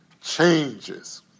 changes